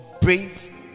Brave